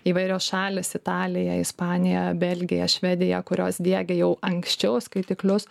įvairios šalys italija ispanija belgija švedija kurios diegia jau anksčiau skaitiklius